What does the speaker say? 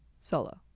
Solo